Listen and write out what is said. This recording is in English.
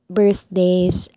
birthdays